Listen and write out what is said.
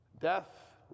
Death